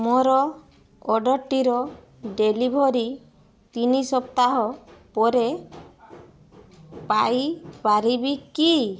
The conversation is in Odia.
ମୋର ଅର୍ଡ଼ର୍ଟିର ଡେଲିଭରି ତିନି ସପ୍ତାହ ପରେ ପାଇପାରିବି କି